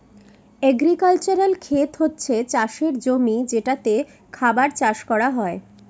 agricultural খেত হচ্ছে চাষের জমি যেটাতে খাবার চাষ করা হয়